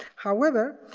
however,